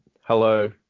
hello